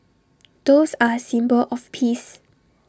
doves are A symbol of peace